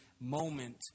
moment